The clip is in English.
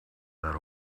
that